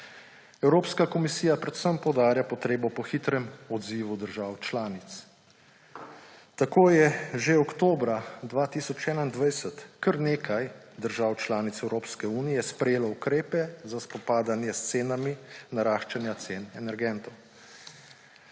Evropska komisija predvsem poudarja potrebo po hitrem odzivu držav članic. Tako je že oktobra 2021 kar nekaj držav članic Evropske unije sprejelo ukrepe za spopadanje z naraščanjem cen energentov.